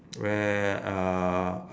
where uh